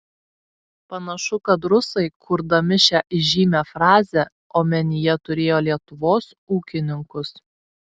panašu kad rusai kurdami šią įžymią frazę omenyje turėjo lietuvos ūkininkus